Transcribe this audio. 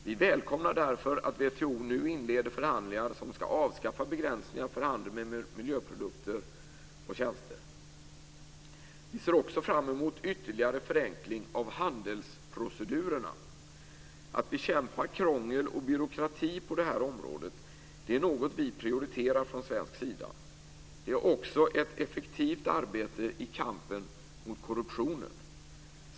Vi välkomnar därför att WTO nu inleder förhandlingar som ska avskaffa begränsningar för handel med miljöprodukter och tjänster. Vi ser också fram emot ytterligare förenkling av handelsprocedurerna. Att bekämpa krångel och byråkrati på det här området är något vi prioriterar från svensk sida. Det är också ett effektivt arbete i kampen mot korruptionen.